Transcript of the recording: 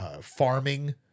Farming